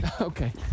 okay